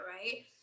right